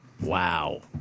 Wow